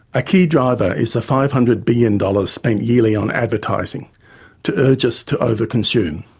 a key driver is the five hundred billion dollars spent yearly on advertising to urge us to over-consume.